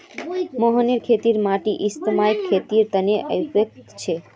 मोहनेर खेतेर माटी मकइर खेतीर तने उपयुक्त छेक